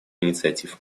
инициатив